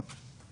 איפה הבעיה?